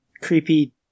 creepy